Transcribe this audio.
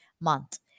month